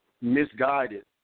misguided